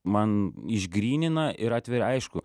man išgrynina ir atveria aišku